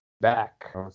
back